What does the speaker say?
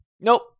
Nope